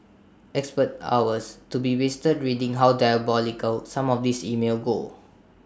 expect hours to be wasted reading how diabolical some of these emails go